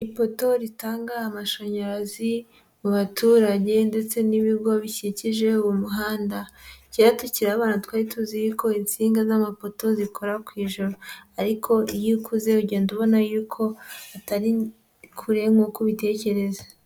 Ipoto ritanga amashanyarazi mu baturage ndetse n'ibigo bikikije umuhanda, kera tukiri abana twari tuzi yuko insinga z'amapoto zikora ku ijuru ariko iyo ukuze ugenda ubona yuko atari kure nkuko ubitekereza.